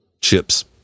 chips